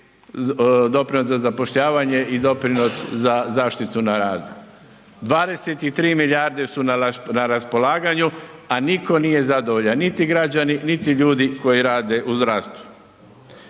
doprinos za zapošljavanje i doprinos za zaštitu na radu. 23 milijarde su na raspolaganju, a nitko nije zadovoljan niti građani, niti ljudi koji rade u zdravstvu.